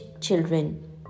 children